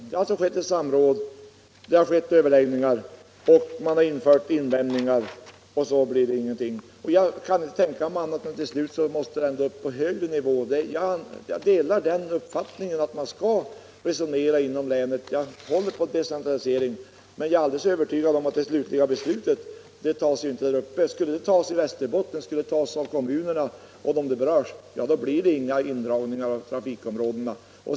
Det har alltså förekommit samråd och överläggningar och framförts invändningar mot beslutet, men det har visat sig att detta försök inte har lett till någonting. Jag kan inte tänka mig annat än att frågan till slut måste tas upp på högre nivå. Eftersom jag håller på decentralisering delar jag uppfattningen att man i första hand bör resonera inom länet, men jag iär alldeles övertygad om att det. slutliga beslutet inte kommer att tas där uppe. Skulle det beslutet fattas i Västerbotten och av de kommuner där som det berör, skulle det inte bli några indragningar av trafikområdena.